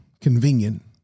convenient